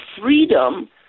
freedom